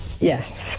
Yes